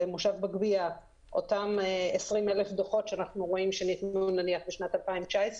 אתם 20,000 דוחות שאנחנו רואים שניתנו בשנת 2019,